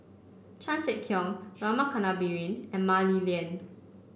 Chan Sek Keong Rama Kannabiran and Mah Li Lian